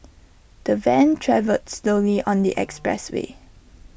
the van travelled slowly on the expressway